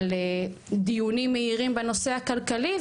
על דיונים מהירים בנושא הכלכלי,